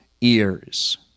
ears